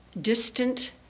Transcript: distant